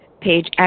page